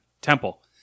Temple